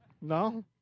No